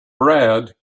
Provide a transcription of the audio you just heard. brad